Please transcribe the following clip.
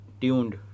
tuned